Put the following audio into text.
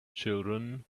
children